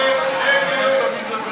אני רוצה להודות לאופוזיציה,